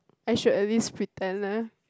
I should at least pretend eh